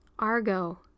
Argo